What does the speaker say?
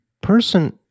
person